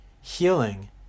Healing